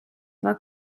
fel